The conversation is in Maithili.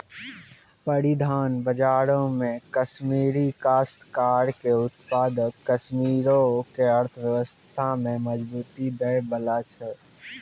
परिधान बजारो मे कश्मीरी काश्तकार के उत्पाद कश्मीरो के अर्थव्यवस्था में मजबूती दै बाला छै